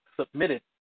submitted